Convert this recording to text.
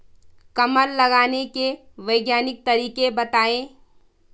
कमल लगाने के वैज्ञानिक तरीके बताएं?